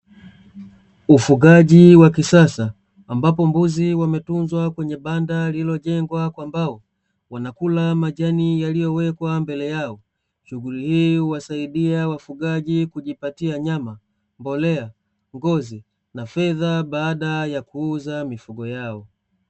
Ufugaji wa kisasa ambapo mbuzi wametunzwa kwenye banda lililojengwa kwa mbao, wanakula majani yaliyowekwa mbele yao. Shughuli huwasaidia wafugaji kujipatia nyama, mbolea, ngozi na fedha; baada ya kuuza mifugo yao.